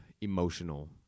emotional